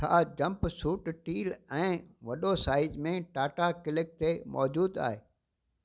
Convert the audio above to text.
छा jumpsuit teal ऐं वॾो साइज में टाटा क्लिक ते मौजूदु आहे